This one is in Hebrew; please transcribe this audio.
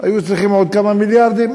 היו צריכים עוד כמה מיליארדים,